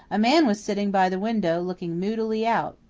a man was sitting by the window, looking moodily out.